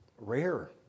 rare